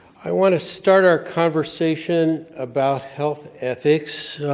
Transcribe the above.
i want to start our conversation about health ethics